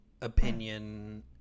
opinion